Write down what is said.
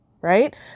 right